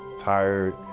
tired